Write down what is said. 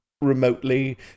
remotely